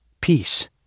peace